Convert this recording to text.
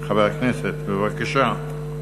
חבר הכנסת, בבקשה.